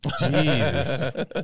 Jesus